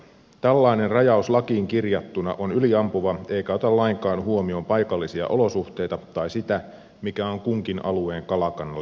tällainen rajaus lakiin kirjattuna on yliampuva eikä ota lainkaan huomioon paikallisia olosuhteita tai sitä mikä on kunkin alueen kalakannalle parasta